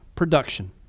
Production